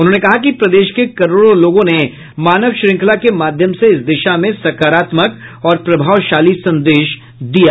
उन्होंने कहा कि प्रदेश के करोड़ों लोगों ने मानव श्रंखला के माध्यम से इस दिशा में सकारात्मक और प्रभावशाली संदेश दिया है